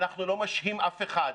אנחנו לא משהים אף אחד.